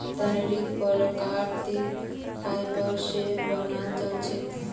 तंत्रीक प्राकृतिक फाइबर स बनाल जा छेक